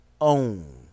own